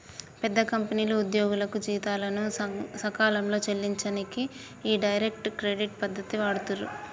పెద్ద కంపెనీలు ఉద్యోగులకు జీతాలను సకాలంలో చెల్లించనీకి ఈ డైరెక్ట్ క్రెడిట్ పద్ధతిని వాడుతుర్రు